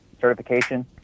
certification